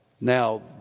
Now